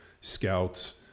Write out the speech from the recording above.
scouts